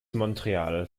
montreal